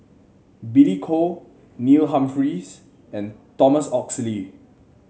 Billy Koh Neil Humphreys and Thomas Oxley